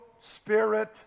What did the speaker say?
Spirit